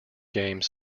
game